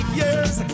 years